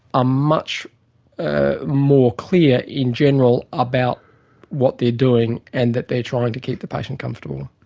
ah much ah more clear in general about what they're doing, and that they're trying to keep the patient comfortable.